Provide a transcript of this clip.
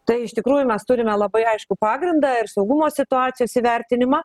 tai iš tikrųjų mes turime labai aiškų pagrindą ir saugumo situacijos įvertinimą